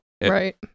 right